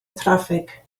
traffig